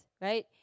right